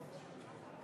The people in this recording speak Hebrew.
הצעת החוק לא עברה.